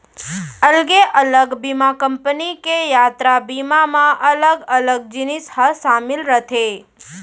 अलगे अलग बीमा कंपनी के यातरा बीमा म अलग अलग जिनिस ह सामिल रथे